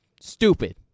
stupid